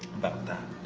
about that.